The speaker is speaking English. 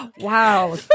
Wow